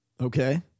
Okay